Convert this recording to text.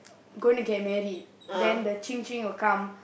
going to get married then the Qing Qing will come